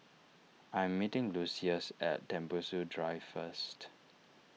I am meeting Lucious at Tembusu Drive first